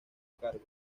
cargos